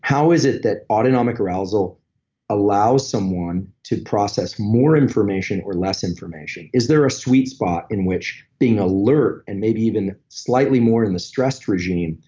is it that autonomic arousal allows someone to process more information or less information? is there a sweet spot in which being alert and maybe even slightly more in the stressed regime,